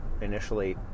initially